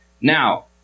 Now